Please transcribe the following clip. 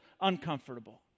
uncomfortable